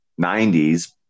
90s